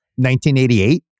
1988